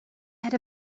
had